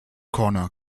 corner